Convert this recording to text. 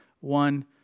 one